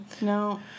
No